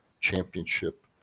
Championship